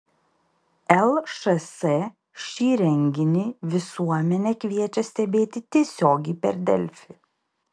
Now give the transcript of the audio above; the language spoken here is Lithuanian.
lšs šį renginį visuomenę kviečia stebėti tiesiogiai per delfi